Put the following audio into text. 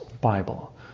Bible